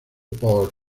por